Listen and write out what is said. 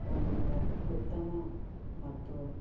ಒಂದು ಉತ್ತಮ ಮತ್ತು